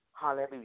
Hallelujah